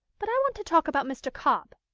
but i want to talk about mr. cobb.